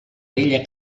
bella